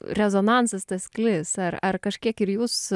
rezonansas tas sklis ar ar kažkiek ir jūs